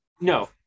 no